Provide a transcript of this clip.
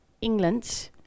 England